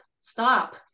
stop